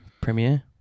Premiere